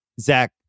Zach